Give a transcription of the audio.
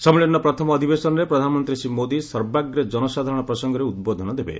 ସମ୍ମିଳନୀର ପ୍ରଥମ ଅଧିବେଶନରେ ପ୍ରଧାନମନ୍ତ୍ରୀ ଶ୍ରୀ ମୋଦି ସର୍ବାଗ୍ରେ ଜନସାଧାରଣ ପ୍ରସଙ୍ଗରେ ଉଦ୍ବୋଧନ ଦେବେ